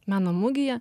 meno mugėje